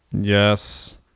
yes